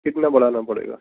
کتنا بڑھانا پڑے گا